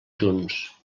junts